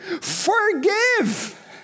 forgive